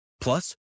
Plus